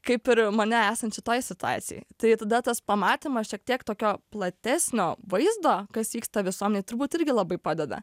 kaip ir mane esant šitoj situacijoj tai tada tas pamatymas šiek tiek tokio platesnio vaizdo kas vyksta visuomenėj turbūt irgi labai padeda